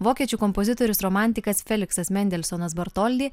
vokiečių kompozitorius romantikas feliksas mendelsonas bartoldi